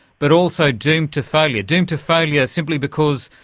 but also doomed to failure, doomed to failure simply because,